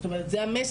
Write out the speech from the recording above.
זאת אומרת זה המסר,